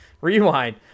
Rewind